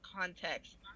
context